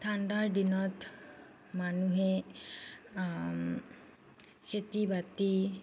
ঠাণ্ডাৰ দিনত মানুহে খেতি বাতি